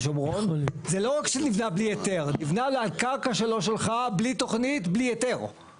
ומינהל תכנון יודע לספר את המספרים הרבה יותר טוב